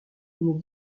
une